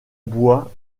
bois